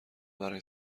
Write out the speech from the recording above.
برای